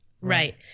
Right